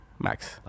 max